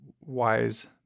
wise